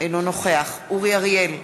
אינו נוכח אורי אריאל,